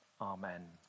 Amen